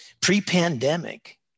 pre-pandemic